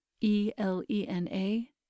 E-L-E-N-A